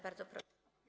Bardzo proszę.